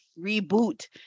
reboot